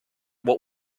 what